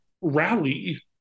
rally